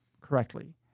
correctly